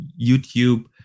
youtube